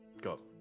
Go